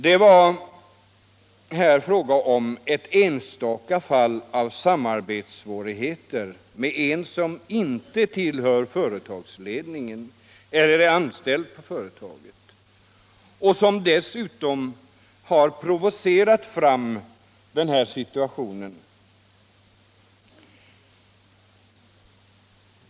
Det var här fråga om ett enstaka fall av svårigheter att samarbeta med en person som inte tillhör företagsledningen och inte är anställd i företaget och som dessulpm måste Anställningsskydd, anses ha provocerat fram situationen.